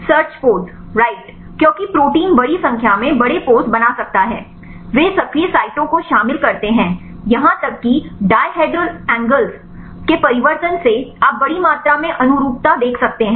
search pose right क्योंकि protein बड़ी संख्या में बड़े पोज़ बना सकता है वे सक्रिय साइटों को शामिल करते हैं यहां तक कि डायहेड्रल कोणों के परिवर्तन से आप बड़ी मात्रा में अनुरूपता देख सकते हैं